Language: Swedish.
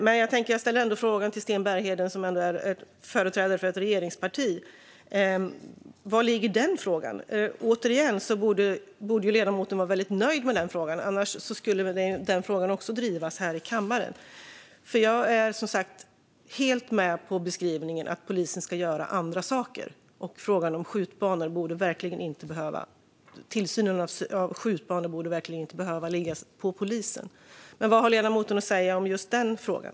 Men jag tänkte ändå ställa frågan till Sten Bergheden, som företräder ett regeringsparti, var den frågan ligger. Återigen borde ju ledamoten vara väldigt nöjd när det gäller den frågan, annars skulle den väl drivas här i kammaren. Jag är som sagt helt med på beskrivningen att polisen ska göra andra saker. Tillsynen av skjutbanor borde verkligen inte behöva ligga på polisen. Men vad har ledamoten att säga om just den frågan?